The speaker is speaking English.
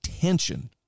tension